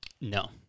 No